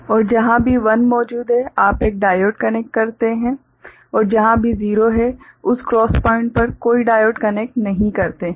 और जहां भी 1 मौजूद है आप एक डायोड कनेक्ट करते हैं एक डायोड कनेक्ट करते हैं एक डायोड कनेक्ट करते हैं और जहां भी 0 है उस क्रॉस प्वाइंट पर कोई डायोड कनेक्ट नहीं है